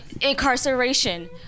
incarceration